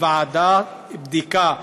ועדת בדיקה,